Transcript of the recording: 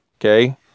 okay